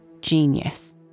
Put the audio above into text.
genius